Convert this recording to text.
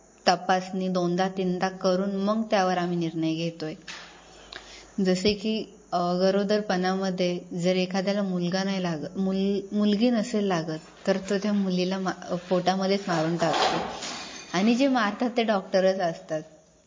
तपासणी दोनदा तीनदा करून मग त्यावर आम्ही निर्णय घेतो आहे जसे की गरोदरपणामध्ये जर एखाद्याला मुलगा नाही लागत मुल मुलगी नसेल लागत तर तो त्या मुलीला मा पोटामध्येच मारून टाकतो आणि जे मारतात ते डॉक्टरच असतात